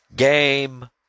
Game